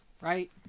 Right